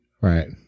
Right